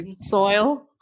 soil